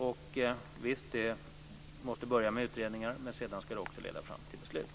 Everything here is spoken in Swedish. Man måste börja med utredningar, men sedan ska de också leda fram till beslut.